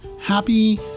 Happy